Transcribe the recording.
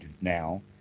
now